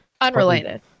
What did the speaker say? Unrelated